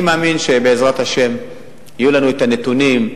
אני מאמין שבעזרת השם יהיו לנו הנתונים,